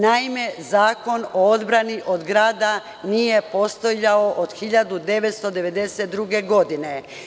Naime, Zakon o odbrani od grada nije postojao od 1992. godine.